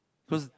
cause